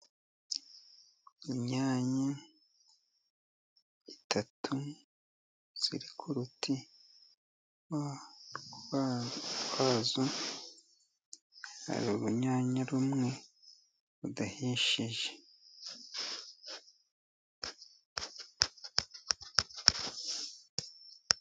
Inyanya eshatu ziri ku ruti rwazo, hari urunyanya rumwe rudahishiye.